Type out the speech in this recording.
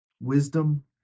Wisdom